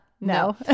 No